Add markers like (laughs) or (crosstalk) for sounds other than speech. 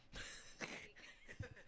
(laughs)